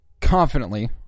Confidently